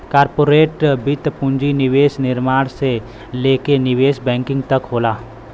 corporate वित्त पूंजी निवेश निर्णय से लेके निवेश बैंकिंग तक होला